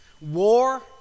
War